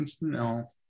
No